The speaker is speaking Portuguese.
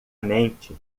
mente